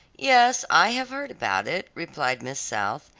yes, i have heard about it, replied miss south,